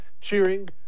cheering